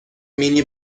مینی